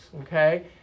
okay